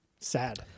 Sad